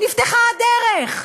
נפתחה הדרך.